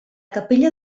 capella